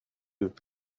œufs